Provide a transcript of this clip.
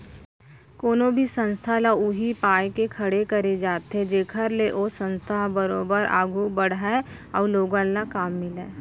कोनो भी संस्था ल उही पाय के खड़े करे जाथे जेखर ले ओ संस्था ह बरोबर आघू बड़हय अउ लोगन ल काम मिलय